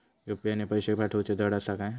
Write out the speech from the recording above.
UPI ने पैशे पाठवूचे धड आसा काय?